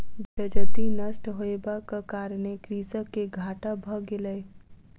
जजति नष्ट होयबाक कारणेँ कृषक के घाटा भ गेलै